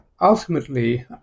ultimately